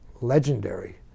legendary